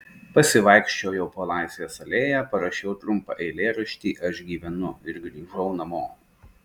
pasivaikščiojau po laisvės alėją parašiau trumpą eilėraštį aš gyvenu ir grįžau namo